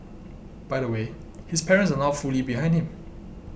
by the way his parents are now fully behind him